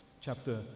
chapter